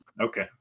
Okay